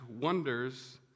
wonders